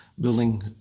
building